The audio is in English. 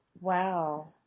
Wow